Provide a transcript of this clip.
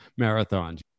marathons